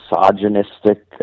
misogynistic